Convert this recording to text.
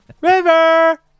River